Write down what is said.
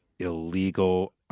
illegal